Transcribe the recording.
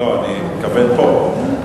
לא, אני מתכוון פה.